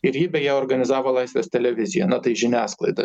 ir jį beje organizavo laisvės televizija na tai žiniasklaida